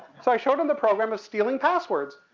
so i showed him the program of stealing passwords.